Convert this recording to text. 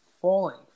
falling